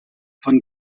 von